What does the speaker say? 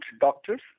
doctors